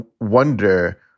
wonder